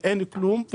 אין כלום,